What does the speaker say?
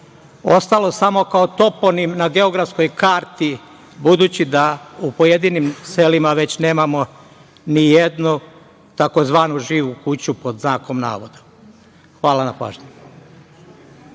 ostalo samo kao toponim na geografskoj karti, budući da u pojedinim selima već nemamo ni jednu tzv. živu kuću pod znakom navoda. Hvala na pažnji.